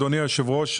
אדוני היושב-ראש,